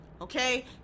okay